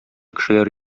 кешеләр